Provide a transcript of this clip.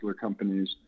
companies